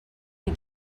you